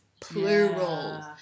plural